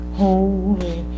holy